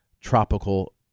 Tropical